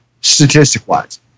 statistic-wise